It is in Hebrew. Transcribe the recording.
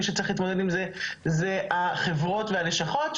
מי שצריך להתמודד עם זה הם החברות והלשכות,